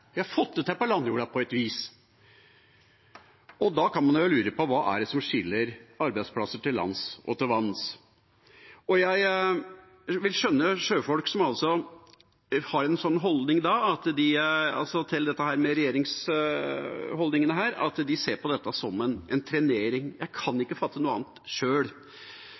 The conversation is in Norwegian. vi har fått det til på landjorda på et vis. Og da kan man jo lure på hva det er som skiller arbeidsplasser til lands og til vanns. Jeg vil da skjønne sjøfolk som har en slik holdning at de ser på regjeringas holdninger som en trenering. Jeg sjøl kan ikke fatte noe annet.